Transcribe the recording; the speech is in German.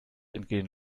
entgehen